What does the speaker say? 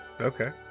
Okay